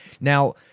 Now